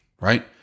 right